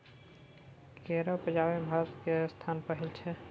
केरा उपजाबै मे भारत केर स्थान पहिल छै